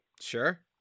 Sure